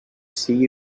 sigui